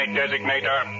designator